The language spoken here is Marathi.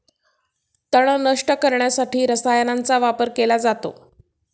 तण नष्ट करण्यासाठी रसायनांचा वापर केला जातो